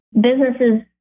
businesses